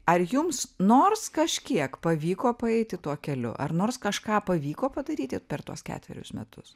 ar jums nors kažkiek pavyko paeiti tuo keliu ar nors kažką pavyko padaryti per tuos ketverius metus